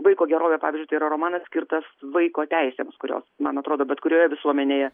vaiko gerovė pavyzdžiui tai yra romanas skirtas vaiko teisėms kurios man atrodo bet kurioje visuomenėje